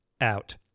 out